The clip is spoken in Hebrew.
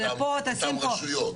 אבל תשים פה,